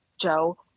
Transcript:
Joe